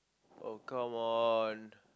oh come on